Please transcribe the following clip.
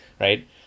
right